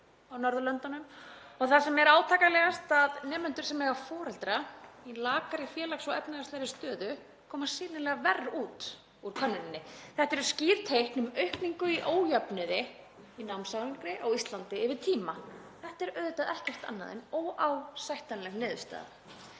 á Norðurlöndunum. Það sem er átakanlegast er að nemendur sem eiga foreldra í lakari félags- og efnahagslegri stöðu koma sýnilega verr út úr könnuninni. Þetta eru skýr teikn um aukningu í ójöfnuði í námsárangri á Íslandi yfir tíma. Þetta er auðvitað ekkert annað en óásættanleg niðurstaða.